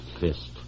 fist